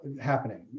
happening